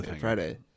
Friday